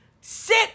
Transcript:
sit